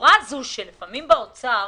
הצורה הזאת, שלפעמים באוצר